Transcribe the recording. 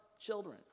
children